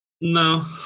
No